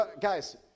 guys